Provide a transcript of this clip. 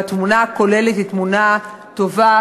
והתמונה הכוללת היא תמונה טובה,